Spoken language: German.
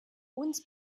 uns